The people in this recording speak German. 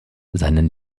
seinen